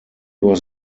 was